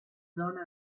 zona